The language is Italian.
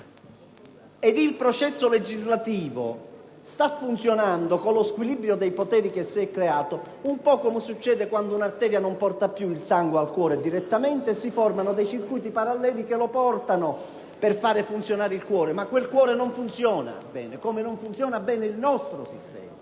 il processo legislativo sta funzionando con uno squilibrio dei poteri che si è creato, un po' come succede quando un'arteria non porta più il sangue direttamente al cuore e si formano dei circuiti paralleli che lo fanno. Quel cuore, però, non funziona bene, come non funziona bene il nostro sistema,